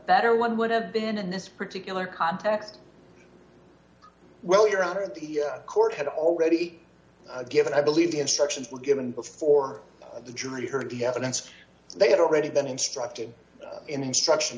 better one would have been in this particular context well your honor the court had already given i believe the instructions were given before the jury heard the evidence they had already been instructed in the instruction